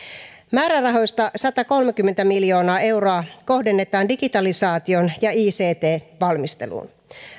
määrärahoista satakolmekymmentä miljoonaa euroa kohdennetaan digitalisaatioon ja ict valmisteluun